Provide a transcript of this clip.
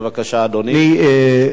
בבקשה, אדוני.